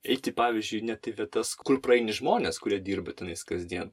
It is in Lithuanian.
eiti pavyzdžiui net į vietas kur praeini žmones kurie dirba tenais kasdien